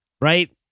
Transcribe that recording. right